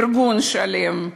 ארגון שלם.